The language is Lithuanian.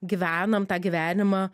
gyvenam tą gyvenimą